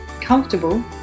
Comfortable